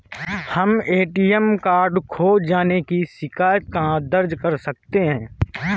हम ATM card खो जाने की शिकायत कहाँ दर्ज कर सकते हैं?